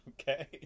Okay